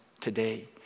today